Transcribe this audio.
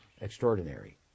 extraordinary